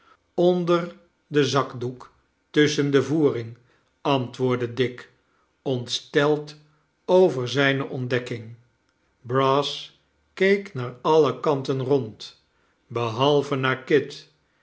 onder den zakdoek tusschen de voering antwoordde dick ontsteld over zijne ontdekking brass keek naar alle kanten rond behalve naar kit